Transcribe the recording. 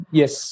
Yes